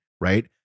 right